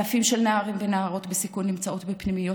אלפי נערים ונערות בסיכון נמצאים בפנימיות